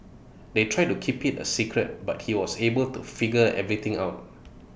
they tried to keep IT A secret but he was able to figure everything out